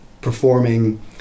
performing